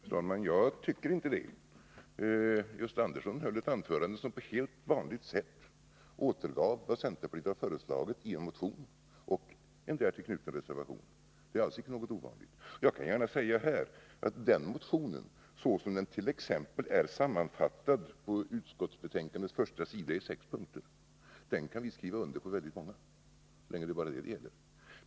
Fru talman! Jag tycker inte det. Gösta Andersson höll ett anförande som på ett helt vanligt sätt återgav vad centerpartiet har föreslagit i en motion och en därtill knuten reservation. Det är alls inte något ovanligt. Jag kan gärna säga här vad gäller den motionen, så som den t.ex. är sammanfattad på utskottsbetänkandets första sida i sex punkter, att vi kan skriva under på väldigt mycket i den, så länge det bara gäller innehållet.